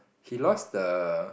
he lost the